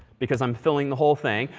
because i'm filling the whole thing.